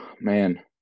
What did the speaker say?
Man